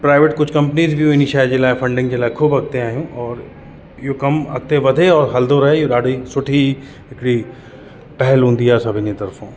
private कुझु companies बि इन शइ जे लाइ फंडिंग जे लाइ ख़ूबु अॻिते आहियूं औरि इहो कमु अॻिते वधे और हलंदो रहे इहो ॾाढी सुठी हिकड़ी पहल हूंदी आहे सभिनि जी तर्फ़ां